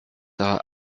être